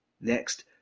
Next